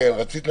אומר